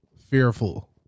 Fearful